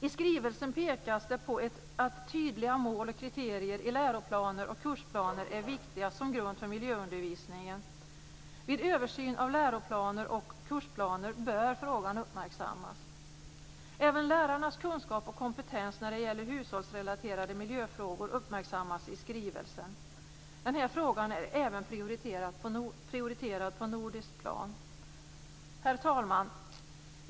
I skrivelsen pekas det på att tydliga mål och kriterier i läroplaner och kursplaner är viktiga som grund för miljöundervisningen. Vid översyn av läroplaner och kursplaner bör frågan uppmärksammas. Även lärarnas kunskap och kompetens när det gäller hushållsrelaterade miljöfrågor uppmärksammas i skrivelsen. Den här frågan är även prioriterad på nordiskt plan. Herr talman!